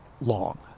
long